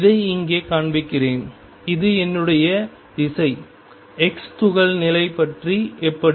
இதை இங்கே காண்பிக்கிறேன் இது என்னுடைய திசை x துகள் நிலை பற்றி எப்படி